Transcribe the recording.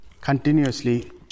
continuously